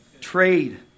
Trade